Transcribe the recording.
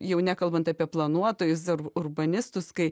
jau nekalbant apie planuotojus ar urbanistus kai